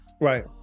Right